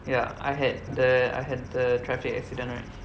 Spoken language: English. ya I had the I had the traffic accident right